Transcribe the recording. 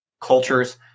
cultures